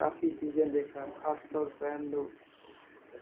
کافی چیزیں دیکھا خاص طور پہ ہم لوگ